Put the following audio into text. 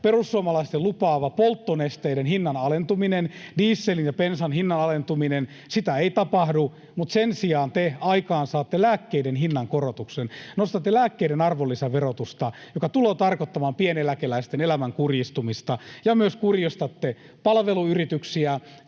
perussuomalaisten lupaamaa polttonesteiden hinnan alentumista, dieselin ja bensan hinnan alentumista ei tapahdu, mutta sen sijaan te aikaansaatte lääkkeiden hinnankorotuksen, nostatte lääkkeiden arvonlisäverotusta, joka tulee tarkoittamaan pieneläkeläisten elämän kurjistumista. Kurjistatte myös palveluyrityksiä,